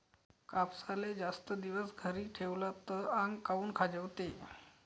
कापसाले जास्त दिवस घरी ठेवला त आंग काऊन खाजवते?